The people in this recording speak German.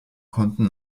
konnten